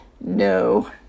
No